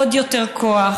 עוד יותר כוח,